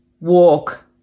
walk